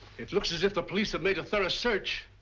it looks as if the police have made a thorough search.